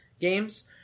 games